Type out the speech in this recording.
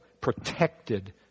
protected